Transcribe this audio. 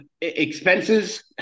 expenses